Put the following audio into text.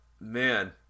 man